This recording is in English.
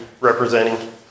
representing